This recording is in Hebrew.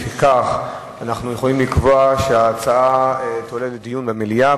לפיכך אנחנו יכולים לקבוע שההצעה תועלה לדיון במליאה.